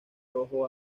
rojo